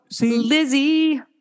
Lizzie